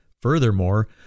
Furthermore